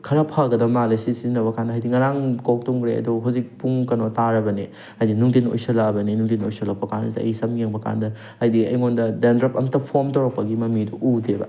ꯈꯔ ꯐꯒꯗꯕ ꯃꯥꯜꯂꯦ ꯁꯤ ꯁꯤꯖꯟꯅꯕ ꯀꯥꯟꯗ ꯍꯥꯏꯗꯤ ꯉꯔꯥꯡ ꯀꯣꯛ ꯇꯨꯝꯈ꯭ꯔꯦ ꯑꯗꯣ ꯍꯧꯖꯤꯛ ꯄꯨꯡ ꯀꯩꯅꯣ ꯇꯥꯔꯕꯅꯦ ꯍꯥꯏꯗꯤ ꯅꯨꯡꯊꯤꯟ ꯑꯣꯏꯁꯜꯂꯛꯑꯕꯅꯤ ꯅꯨꯡꯊꯤꯟ ꯑꯣꯏꯁꯜꯂꯛꯄ ꯀꯥꯟꯁꯤꯗ ꯑꯩ ꯁꯝ ꯌꯦꯡꯕ ꯀꯥꯟꯗ ꯍꯥꯏꯗꯤ ꯑꯩꯉꯣꯟꯗ ꯗ꯭ꯔꯦꯟꯗ꯭ꯔꯞ ꯑꯃꯇ ꯐꯣꯔꯝ ꯇꯧꯔꯛꯄꯒꯤ ꯃꯃꯤꯗꯣ ꯎꯗꯦꯕ